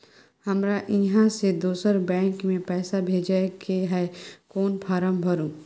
हमरा इहाँ से दोसर बैंक में पैसा भेजय के है, कोन फारम भरू?